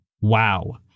Wow